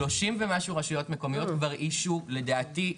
30 ומשהו רשויות מקומיות כבר איישו לדעתי,